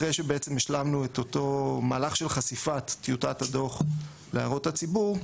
אחרי שהשלמנו את אותו מהלך של חשיפת טיוטת הדוח להערות הציבור,